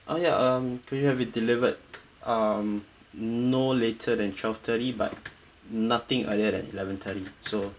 uh ya um can you have it delivered um no later than twelve thirty but nothing earlier than eleven thirty so